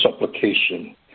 supplication